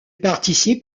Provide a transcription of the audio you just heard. participe